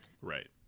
Right